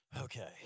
okay